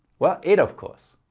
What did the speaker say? well eight of course!